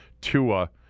Tua